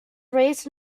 raised